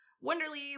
Wonderly